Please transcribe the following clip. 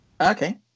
Okay